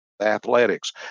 athletics